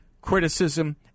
criticism